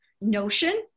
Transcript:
notion